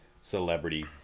celebrity